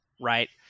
right